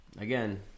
again